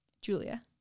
Julia